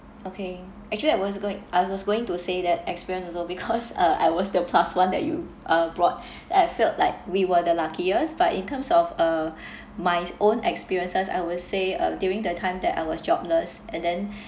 okay actually I was going I was going to say that experience also because uh I was the plus one that you uh brought and I felt like we were the luckiest but in terms of uh my own experiences I will say uh during the time that I was jobless and then